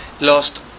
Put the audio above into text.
lost